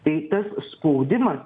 tai tas spaudimas